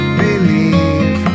believe